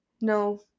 No